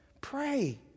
Pray